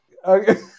okay